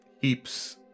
heaps